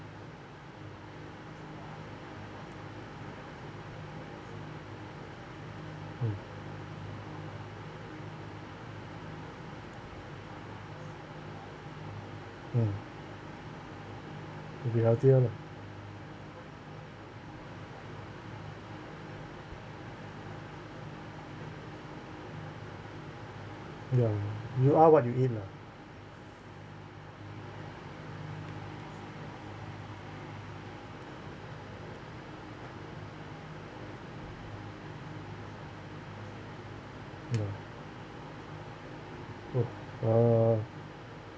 mm mm the healthy [one] ah ya you are what you eat lah ya oh uh